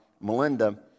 Melinda